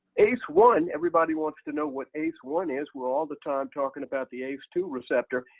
ace one everybody wants to know what ace one, is we're all the time talking about the ace two receptor.